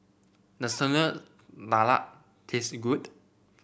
does Telur Dadah taste good